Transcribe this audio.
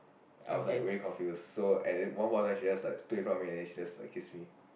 I was like very confused so at one moment she just stood in front and just kissed me